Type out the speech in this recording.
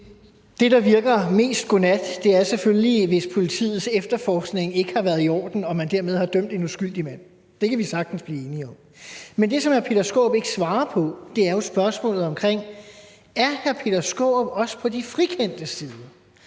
Det, der virker mest godnat, er selvfølgelig, hvis politiets efterforskning ikke har været i orden og man dermed har dømt en uskyldig mand; det kan vi sagtens blive enige om. Men det, som hr. Peter Skaarup ikke svarer på, er jo spørgsmålet om, om hr. Peter Skaarup også er på de frikendtes side,